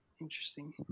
interesting